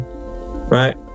right